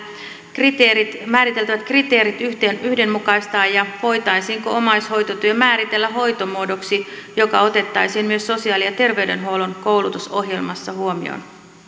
kriteerit määriteltävät kriteerit yhdenmukaistaa ja voitaisiinko omaishoitotyö määritellä hoitomuodoksi joka otettaisiin myös sosiaali ja terveydenhuollon koulutusohjelmassa huomioon